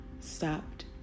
Stopped